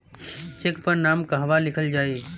Check पर नाम कहवा लिखल जाइ?